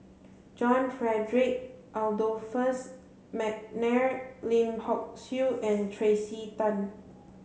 John Frederick Adolphus McNair Lim Hock Siew and Tracey Tan